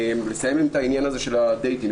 לסיים את העניין הזה של הדייטים.